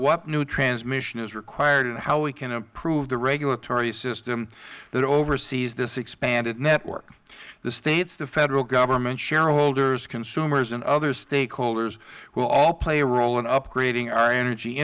what new transmission is required and how we can improve the regulatory system that oversees this expanded network the states the federal government shareholders consumers and other stakeholders will all play a role in upgrading our energy